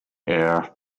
air